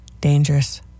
dangerous